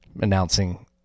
announcing